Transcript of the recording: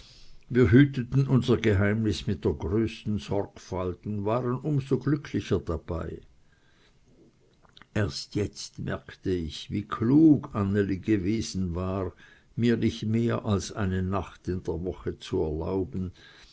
wir hüteten unser geheimnis mit der größten sorgfalt und waren um so glücklicher dabei erst jetzt merkte ich wie klug anneli gewesen war mir nicht mehr als eine nacht in der woche zu erlauben